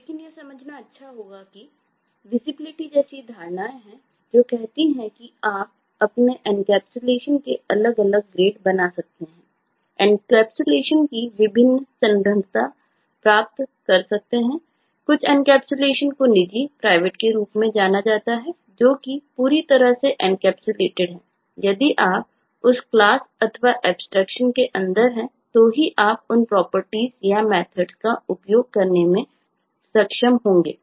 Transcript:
लेकिन यह समझना अच्छा होगा कि दृश्यताविजिबिलिटी का उपयोग करने में सक्षम होंगे